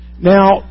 Now